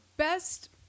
best